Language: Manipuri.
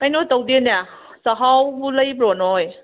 ꯀꯩꯅꯣ ꯇꯧꯗꯦꯅꯦ ꯆꯥꯛꯍꯥꯎꯕꯨ ꯂꯩꯕ꯭ꯔꯣ ꯅꯣꯏ